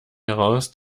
heraus